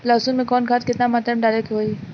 लहसुन में कवन खाद केतना मात्रा में डाले के होई?